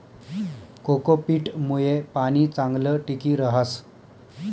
cocopeat मुये पाणी चांगलं टिकी रहास